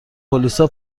پلیسا